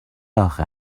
آخه